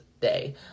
day